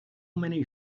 many